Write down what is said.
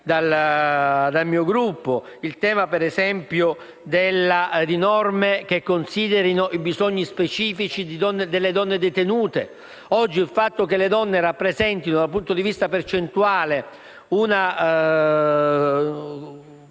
dal mio Gruppo. Mi riferisco, ad esempio, a norme che considerino i bisogni specifici delle donne detenute. Oggi il fatto che le donne rappresentano, dal punto di vista percentuale, una